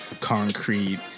concrete